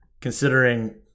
considering